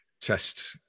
test